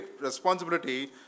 responsibility